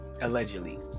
Allegedly